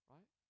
Right